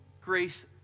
grace